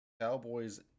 Cowboys